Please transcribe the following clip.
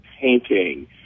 painting